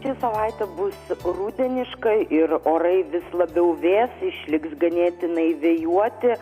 prieš savaitę bus rudeniškai ir orai vis labiau vės išliks ganėtinai vėjuoti